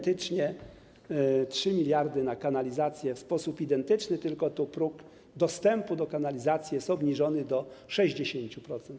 3 mld na kanalizację - w sposób identyczny, tylko tu próg dostępu do kanalizacji jest obniżony do 60%.